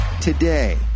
today